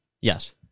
Yes